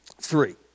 three